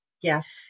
Yes